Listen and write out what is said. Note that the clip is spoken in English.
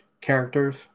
characters